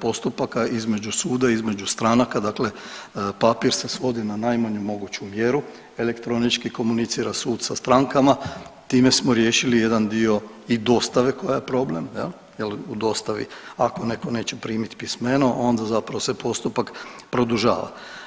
postupaka između suda između stranaka, dakle papir se svodi na naj moguću mjeru, elektronički komunicira sud sa strankama time smo riješili jedan dio i dostave koja je problem jel, jel u dostavi ako neko neće primit pismeno onda zapravo se postupak produžava.